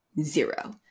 Zero